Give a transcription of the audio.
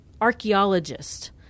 archaeologist